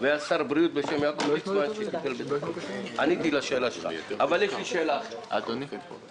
לא יהיה בעקבות הדבר הזה ב-13:30 במקום 09:30. זה כבר לא.